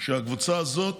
שבקבוצה הזאת